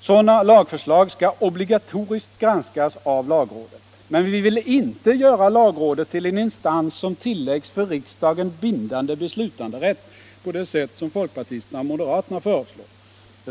Sådana lagförslag skall obligatoriskt granskas av lagrådet. Men vi vill inte göra lagrådet till en instans som tilläggs för riksdagen bindande beslutanderätt på det sätt som folkpartisterna och moderaterna föreslår.